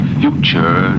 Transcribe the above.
future